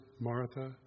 Martha